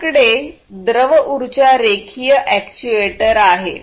आपल्याकडे द्रव उर्जा रेखीय अॅक्ट्यूएटर आहे